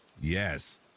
Yes